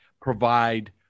provide